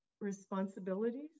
responsibilities